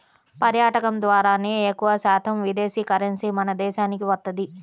పర్యాటకం ద్వారానే ఎక్కువశాతం విదేశీ కరెన్సీ మన దేశానికి వత్తది